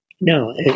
No